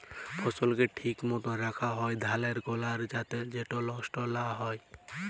ফসলকে ঠিক মত রাখ্যা হ্যয় ধালের গলায় যাতে সেট লষ্ট লা হ্যয়